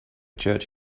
church